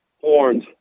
horns